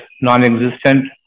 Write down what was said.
non-existent